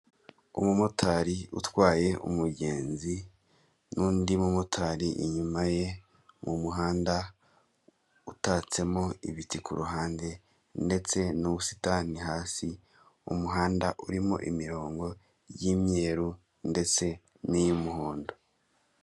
Umumotari utwaye umugenzi n'undi mu motari inyuma ye mu muhanda utatsemo ibiti ku ruhande ndetse n'ubusitani hasi, umuhanda urimo imirongo y'imyeru ndetse n'iy'umuhondo.